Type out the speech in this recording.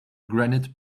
granite